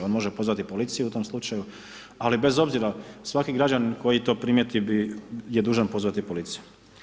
On može pozvati policiju u tom slučaju ali bez obzira, svaki građanin koji to primijeti je dužan pozvati policiju.